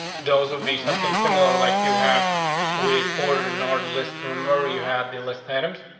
those would be something similar, like you have with order nor list. remember, you have the list items.